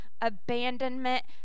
abandonment